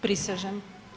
Prisežem.